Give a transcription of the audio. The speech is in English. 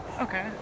Okay